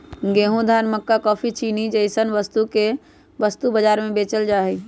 गेंहूं, धान, मक्का काफी, चीनी जैसन वस्तु के वस्तु बाजार में बेचल जा हई